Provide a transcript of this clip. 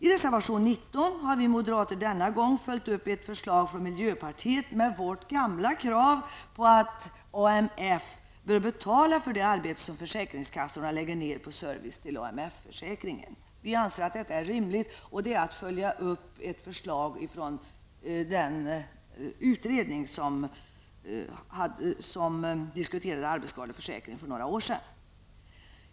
I reservation 19 har vi moderater denna gång följt upp ett förslag från mp med vårt gamla krav på att AMF bör betala för det arbete som försäkringskassorna lägger ned på service till AMF försäkringen. Vi anser att detta är rimligt, och det innebär en uppföljning av ett förslag från den utredning där arbetsskadeförsäkringen diskuterades för några år sedan.